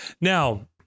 now